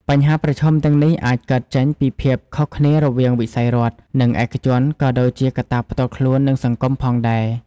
បញ្ហាប្រឈមទាំងនេះអាចកើតចេញពីភាពខុសគ្នារវាងវិស័យរដ្ឋ និងឯកជន ក៏ដូចជាកត្តាផ្ទាល់ខ្លួន និងសង្គមផងដែរ។